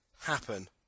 happen